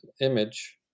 image